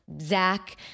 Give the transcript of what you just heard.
Zach